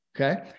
okay